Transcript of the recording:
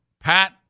Pat